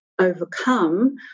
overcome